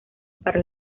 para